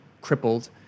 crippled